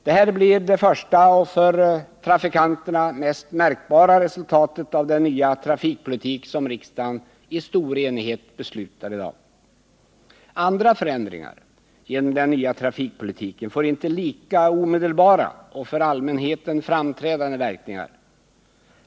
Detta blir de första och för trafikanterna mest märkbara resultaten av den nya trafikpolitik som riksdagen i dag i stor enighet beslutar om. Andra förändringar genom den nya trafikpolitiken får inte lika omedelbara och för allmänheten framträdande verkningar.